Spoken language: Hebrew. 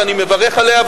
ואני מברך עליה,